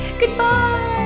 Goodbye